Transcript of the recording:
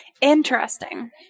Interesting